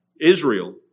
Israel